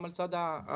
גם על צד החקלאות,